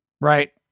Right